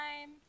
time